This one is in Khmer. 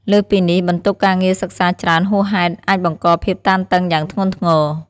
លើសពីនេះ បន្ទុកការងារសិក្សាច្រើនហួសហេតុអាចបង្កភាពតានតឹងយ៉ាងធ្ងន់ធ្ងរ។